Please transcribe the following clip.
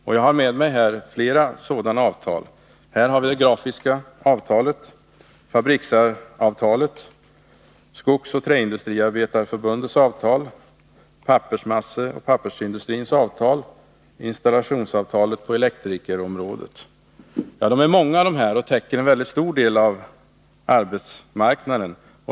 Jag har tagit med mig hit exemplar av flera sådana avtal: grafikernas avtal, Fabriksavtalet, Skogsoch Träavtalen, pappersindustrins avtal och installationsavtalet på elektrikerområdet. Avtalen är många, och de täcker en väldigt stor del av arbetsmarknaden.